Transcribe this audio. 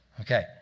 Okay